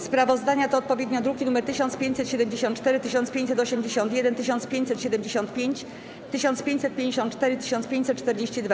Sprawozdania to odpowiednio druki nr 1574, 1581, 1575, 1554 i 1542.